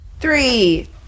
Three